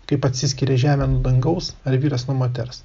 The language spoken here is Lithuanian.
kaip atsiskiria žemė nuo dangaus ar vyras nuo moters